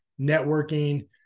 networking